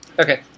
Okay